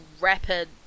rapid